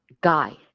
guy